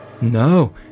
No